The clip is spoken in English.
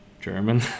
German